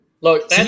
Look